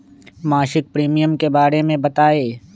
मासिक प्रीमियम के बारे मे बताई?